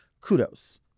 Kudos